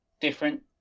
different